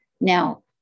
Now